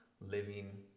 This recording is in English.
living